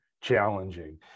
challenging